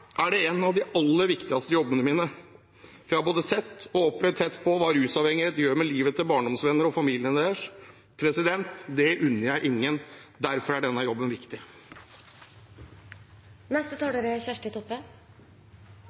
er det en av de aller viktigste jobbene mine, for jeg har både sett og opplevd – tett på – hva rusavhengighet gjør med livet til barndomsvenner og familiene deres. Det unner jeg ingen. Derfor er denne jobben